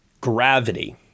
Gravity